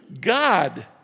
God